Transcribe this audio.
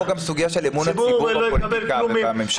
יש פה גם סוגיה של אמון הציבור בפוליטיקה ובממשלה.